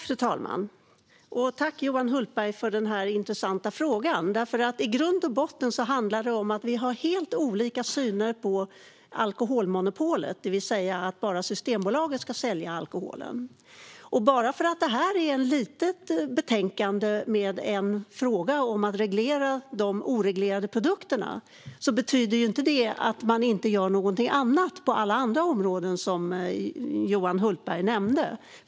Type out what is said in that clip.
Fru talman! Jag tackar Johan Hultberg för intressanta frågor. I grund och botten handlar detta om att vi har helt olika syn på alkoholmonopolet, det vill säga att bara Systembolaget ska sälja alkohol. Bara för att vi nu har ett litet betänkande om att reglera de oreglerade produkterna betyder det inte att vi inte gör något på alla de andra områden som Johan Hultberg nämnde.